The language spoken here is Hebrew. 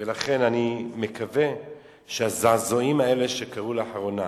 ולכן, אני מקווה שהזעזועים האלה שקרו לאחרונה,